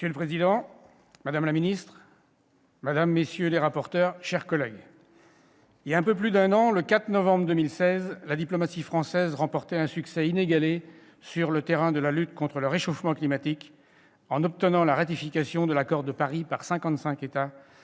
Monsieur le président, madame la ministre, madame, messieurs les rapporteurs, mes chers collègues, voilà un peu plus d'un an, le 4 novembre 2016, la diplomatie française remportait un succès inégalé sur le terrain de la lutte contre le réchauffement climatique, en obtenant la ratification de l'accord de Paris par 55 États représentant